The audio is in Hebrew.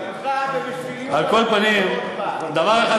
בשבילך ובשביל, על כל פנים, אני אחזור עוד הפעם.